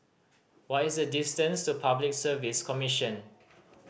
what is the distance to Public Service Commission